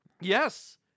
Yes